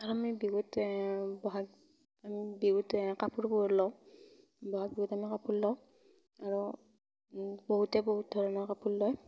আৰু আমি বিহুত বহাগ বিহুতে কাপোৰ লওঁ বহাগ বিহুত আমাৰ কাপোৰ লওঁ আৰু বহুতে বহুত ধৰণৰ কাপোৰ লয়